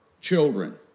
children